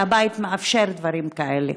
חבל שהבית מאפשר דברים כאלה.